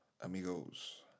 amigos